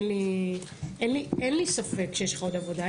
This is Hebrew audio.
אין לי ספק שיש לך עוד עבודה,